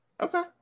Okay